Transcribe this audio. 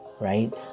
right